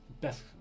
Best